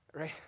right